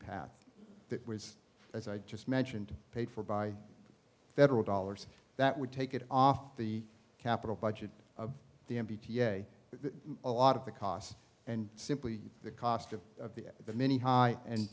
path that was as i just mentioned paid for by federal dollars that would take it off the capital budget of the way that a lot of the costs and simply the cost of of the that many high and